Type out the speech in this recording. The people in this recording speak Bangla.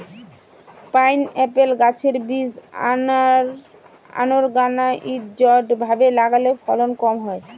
পাইনএপ্পল গাছের বীজ আনোরগানাইজ্ড ভাবে লাগালে ফলন কম হয়